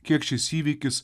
kiek šis įvykis